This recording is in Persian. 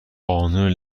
قانون